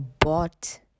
bought